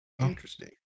interesting